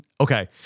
Okay